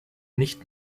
nicht